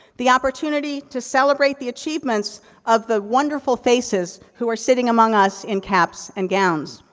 the opportunity to celebrate the achievements of the wonderful faces who are sitting among us in caps and gowns.